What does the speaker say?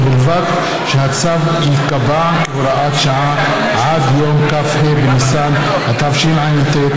ובלבד שהצו ייקבע כהוראת שעה עד יום כ"ה בניסן התשע"ט,